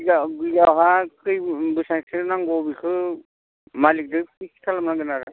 बेखौ मालिखजों